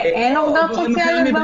אין שם עובדות סוציאליות?